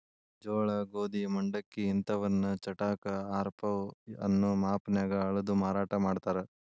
ಜೋಳ, ಗೋಧಿ, ಮಂಡಕ್ಕಿ ಇಂತವನ್ನ ಚಟಾಕ, ಆರಪೌ ಅನ್ನೋ ಮಾಪನ್ಯಾಗ ಅಳದು ಮಾರಾಟ ಮಾಡ್ತಾರ